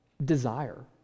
Desire